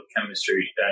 chemistry